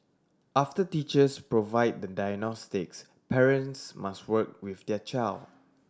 after teachers provide the diagnostics parents must work with their child